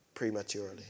prematurely